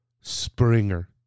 Springer